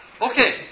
Okay